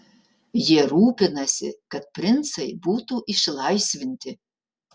jie rūpinasi kad princai būtų išlaisvinti